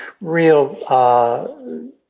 real